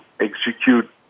execute